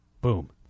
Boom